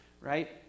right